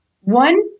one